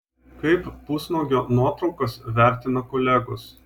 kaip pusnuogio nuotraukas vertina kolegos